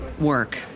work